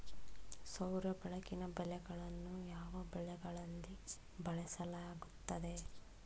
ಸೌರ ಬೆಳಕಿನ ಬಲೆಗಳನ್ನು ಯಾವ ಬೆಳೆಗಳಲ್ಲಿ ಬಳಸಲಾಗುತ್ತದೆ?